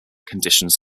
conditions